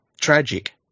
tragic